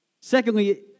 Secondly